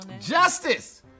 Justice